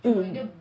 um